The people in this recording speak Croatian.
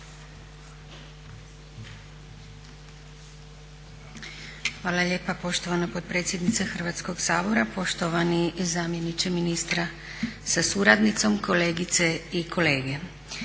Hvala lijepa poštovana potpredsjednice Hrvatskog sabora, poštovani zamjeniče ministra sa suradnicom, kolegice i kolege.